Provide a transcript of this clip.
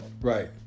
Right